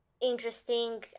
interesting